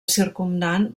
circumdant